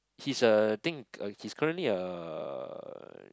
he's a think he's currently a